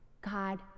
God